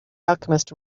alchemist